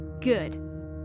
Good